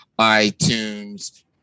itunes